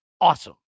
awesome